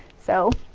so